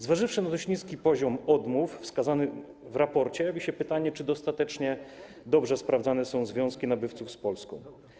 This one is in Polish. Zważywszy na dość niski poziom odmów wskazany w raporcie, jawi się pytanie: Czy dostatecznie dobrze sprawdzane są związki nabywców z Polską?